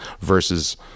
versus